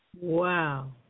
Wow